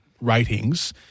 ratings